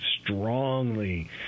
strongly